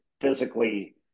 physically